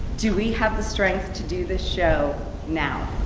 do we have the strength to do this show now?